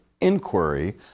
inquiry